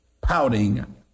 pouting